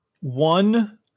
one